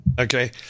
Okay